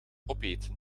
opeten